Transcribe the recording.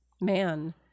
man